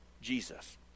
Jesus